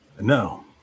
No